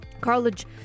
Cartilage